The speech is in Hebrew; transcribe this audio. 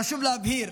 חשוב להבהיר